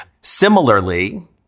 Similarly